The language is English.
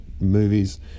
movies